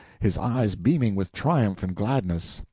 his eyes beaming with triumph and gladness.